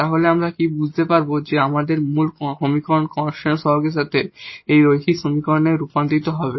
তাহলে আমরা কি বুঝতে পারব যে আমাদের মূল সমীকরণ কনস্ট্যান্ট কোইফিসিয়েন্টের সাথে এই লিনিয়ার সমীকরণে রূপান্তরিত হবে